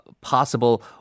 possible